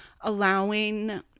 allowing